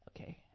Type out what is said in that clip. Okay